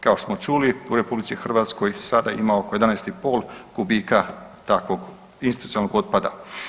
Kao što smo čuli u RH sada ima oko 11,5 kubika takvog institucionalnog otpada.